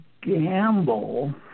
gamble